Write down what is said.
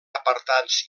apartats